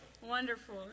Wonderful